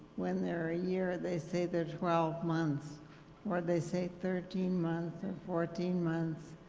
when they're a year they say they're twelve months or they say thirteen months or fourteen months,